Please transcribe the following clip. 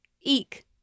eek